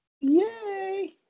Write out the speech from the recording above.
Yay